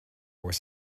was